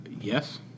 Yes